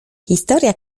historia